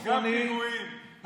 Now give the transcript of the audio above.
גם פיגועים,